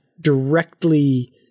directly